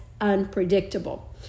unpredictable